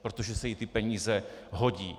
Protože se jí ty peníze hodí.